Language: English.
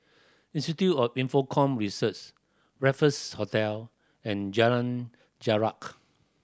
Institute of Infocomm Research Raffles Hotel and Jalan Jarak